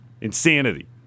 Insanity